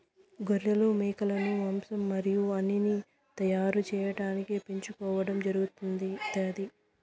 గొర్రెలు, మేకలను మాంసం మరియు ఉన్నిని తయారు చేయటానికి పెంచుకోవడం జరుగుతాంది